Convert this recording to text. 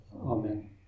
Amen